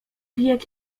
bieg